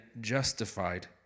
justified